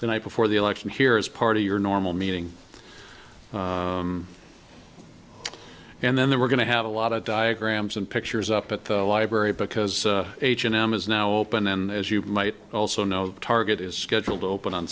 the night before the election here as part of your normal meeting and then there we're going to have a lot of diagrams and pictures up at the library because h and m is now open and as you might also know target is scheduled to open on